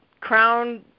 crown